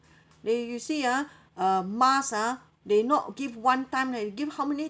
eh you see ah uh MAS ah they not give one time leh they give how many